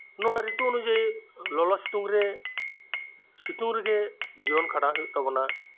ᱱᱚᱣᱟ ᱨᱤᱛᱩ ᱚᱱᱩᱡᱟᱭᱤ ᱞᱚᱞᱚ ᱥᱤᱛᱩᱝ ᱨᱮ ᱥᱤᱛᱩᱝ ᱨᱮᱜᱮ ᱡᱤᱭᱚᱱ ᱠᱷᱟᱸᱰᱟᱣ ᱦᱩᱭᱩᱜ ᱛᱟᱵᱚᱱᱟ